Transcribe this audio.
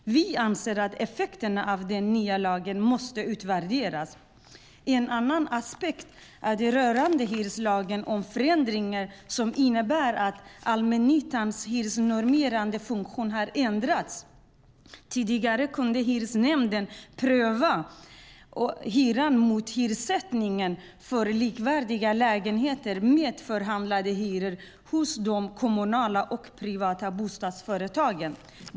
Vi anser att effekterna av den nya lagen måste utvärderas. En annan aspekt rörande hyreslagen är den förändring som innebär att allmännyttans hyresnormerande funktion har ändrats. Tidigare kunde hyresnämnden pröva hyran mot hyressättningen för likvärdiga lägenheter med förhandlade hyror hos både kommunala och privata bostadsföretag.